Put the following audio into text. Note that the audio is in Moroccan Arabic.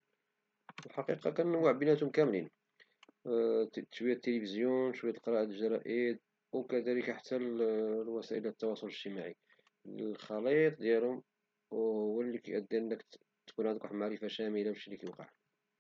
في الحقيقة كنوع بيناتم كاملين، شوية ديال التيليفيزيون ، قراءة الجرائد وكذلك حتى الوسائل ديال التواصل الاجتماعي والخليط ديالوم هو لي كيأدي تكون عندكواحد المعرفة شاملة بشي لي كيوقع.